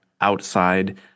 outside